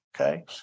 okay